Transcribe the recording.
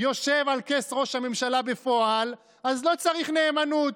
יושב על כס ראש הממשלה בפועל, אז לא צריך נאמנות,